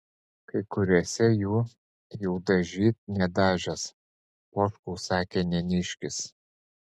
kai kuriuos jų jau dažyk nedažęs poškau sakė neniškis